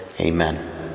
Amen